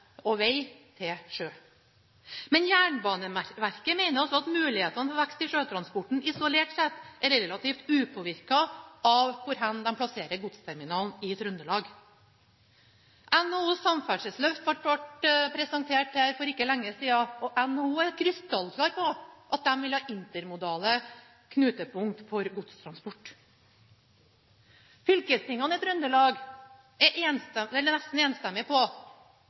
og veg til sjø. Men Jernbaneverket mener at mulighetene for vekst i sjøtransporten isolert sett er relativt upåvirket av hvor de plasserer godsterminalen i Trøndelag. NHOs samferdselsløft ble presentert for ikke lenge siden, og NHO er krysstallklar på at de vil ha intermodale knutepunkt for godstransport. Fylkestingene i Trøndelag er